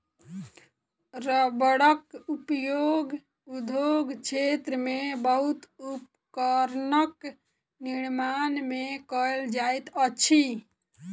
रबड़क उपयोग उद्योग क्षेत्र में बहुत उपकरणक निर्माण में कयल जाइत अछि